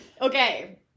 Okay